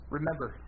Remember